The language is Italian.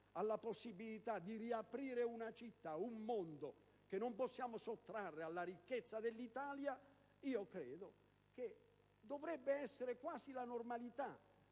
la possibilità di riaprire una città, un mondo che non si può sottrarre alla ricchezza dell'Italia, credo che dovrebbe essere quasi la normalità